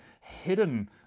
hidden